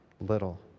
little